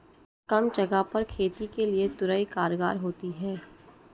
कम जगह पर खेती के लिए तोरई कारगर होती है